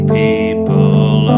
people